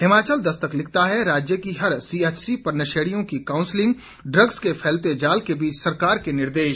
हिमाचल दस्तक लिखता है राज्य की हर सीएचसी पर नशेड़ियों की काउंसलिंग ड्रग्स के फैलते जाल के बीच सरकार के निर्देश